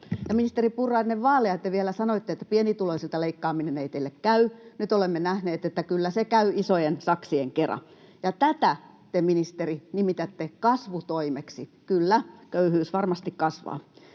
Ministeri Purra, ennen vaaleja te vielä sanoitte, että pienituloisilta leikkaaminen ei teille käy. Nyt olemme nähneet, että kyllä se käy isojen saksien kera, ja tätä te, ministeri, nimitätte kasvutoimeksi. Kyllä, köyhyys varmasti kasvaa.